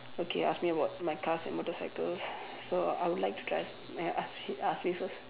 okay ask me about my cars and motorcycles so I would like to drive ask me ask me first